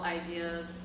ideas